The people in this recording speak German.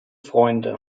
freunde